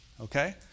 Okay